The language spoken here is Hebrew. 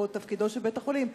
או תפקידו של בית-החולים.